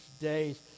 days